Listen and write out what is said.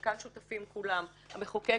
וכאן שותפים כולם המחוקק,